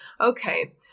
Okay